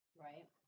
right